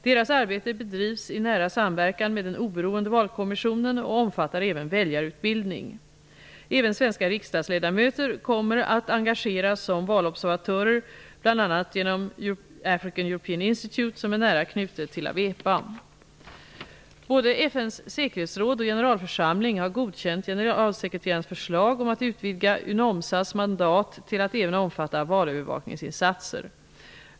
Deras arbete bedrivs i nära samverkan med den oberoende valkommissionen och omfattar även väljarutbildning. Även svenska riksdagsledamöter kommer att engageras som valobservatörer, bl.a. genom African-European Institute, som är nära knutet till AWEPA. Både FN:s säkerhetsråd och generalförsamling har godkänt generalsekreterarens förslag om att utvidga UNOMSA:s mandat till att även omfatta valövervakningsinsatser.